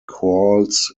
crawls